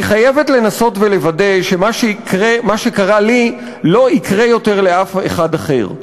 אני חייבת לנסות ולוודא שמה שקרה לי לא יקרה יותר לאף אחד אחר.